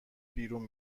بیرون